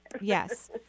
Yes